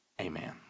Amen